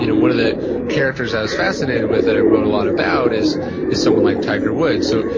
you know one of the characters i was fascinated with, that i wrote a lot about is is someone like tiger woods. so,